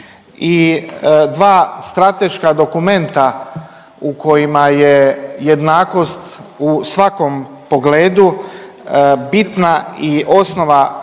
dva strateška dokumenta u kojima je jednakost u svakom pogledu bitna i osnova jest